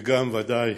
וודאי